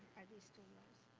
the students